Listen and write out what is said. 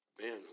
man